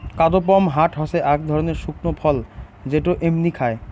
কাদপমহাট হসে আক ধরণের শুকনো ফল যেটো এমনি খায়